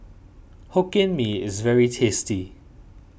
Hokkien Mee is very tasty